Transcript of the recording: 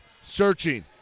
searching